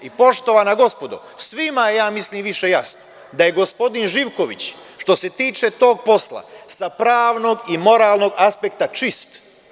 Poštovana gospodo, svima je, mislim, više jasno da je gospodin Živković što se tiče tog posla sa pravnog i moralnog aspekta čist.